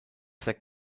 zach